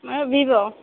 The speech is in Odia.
ମୋର ଭିଭୋ